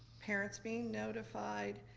parents being notified,